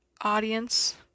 audience